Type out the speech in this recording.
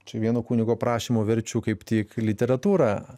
čia vieno kunigo prašymu verčiu kaip tik literatūrą